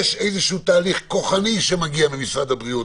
יש איזה תהליך כוחני שמגיע ממשרד הבריאות.